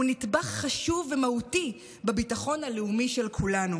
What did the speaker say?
נדבך חשוב ומהותי בביטחון הלאומי של כולנו.